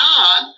on